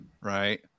right